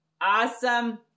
awesome